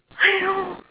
I know